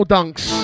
Dunks